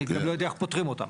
אני גם לא יודע איך פותרים אותן.